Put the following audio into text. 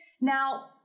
Now